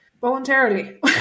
Voluntarily